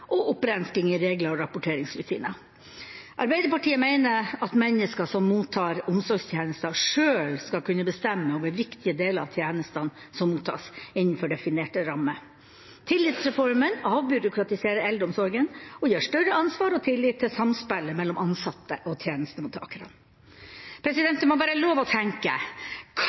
og opprensking i regler og rapporteringsrutiner. Arbeiderpartiet mener at mennesker som mottar omsorgstjenester, selv skal kunne bestemme over viktige deler av tjenestene som mottas, innenfor definerte rammer. Tillitsreformen avbyråkratiserer eldreomsorgen og gir større ansvar og tillit til samspillet mellom ansatte og tjenestemottakerne. Det må være lov å tenke: